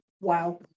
Wow